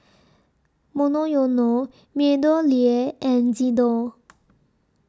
Monoyono Meadowlea and Xndo